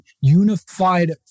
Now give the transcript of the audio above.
unified